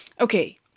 Okay